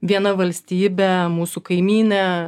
viena valstybė mūsų kaimynė